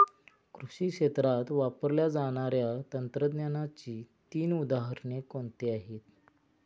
कृषी क्षेत्रात वापरल्या जाणाऱ्या तंत्रज्ञानाची तीन उदाहरणे कोणती आहेत?